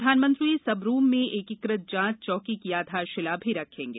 प्रधानमंत्री सबरूम में एकीकृत जांच चौकी की आधारशिला भी रखेंगे